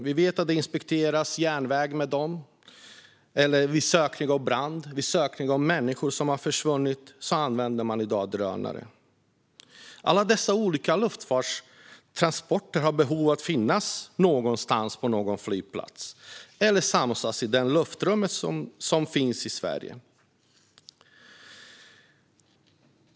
Vi vet att järnväg inspekteras med dem. Även vid sökning av bränder och vid sökning av människor som har försvunnit använder man i dag drönare. Alla dessa olika luftfartstransporter har behov av att finnas någonstans på någon flygplats eller samsas i det luftrum som finns i Sverige.